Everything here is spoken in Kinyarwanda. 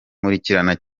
nkurikirana